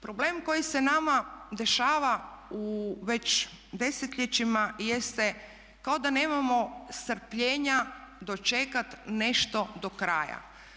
Problem koji se nama dešava u već desetljećima jest kao da nemamo strpljenja dočekati nešto do kraja.